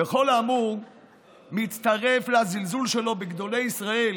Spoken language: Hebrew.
וכל האמור מצטרף לזלזול שלו בגדולי ישראל,